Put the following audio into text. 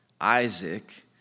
Isaac